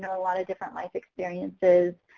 a lot of different life experiences.